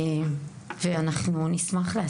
ואנחנו נשמח לעשות אותה.